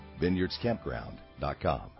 VineyardsCampground.com